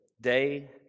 day